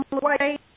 white